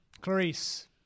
Clarice